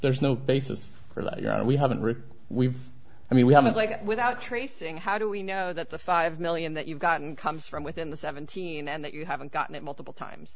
there's no basis for that you know we haven't really we've i mean we haven't like it without tracing how do we know that the five million that you've gotten comes from within the seventeen and that you haven't gotten it multiple times